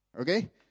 Okay